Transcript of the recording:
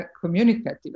communicative